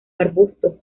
arbustos